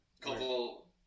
couple